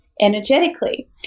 energetically